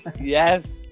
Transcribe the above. Yes